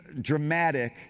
dramatic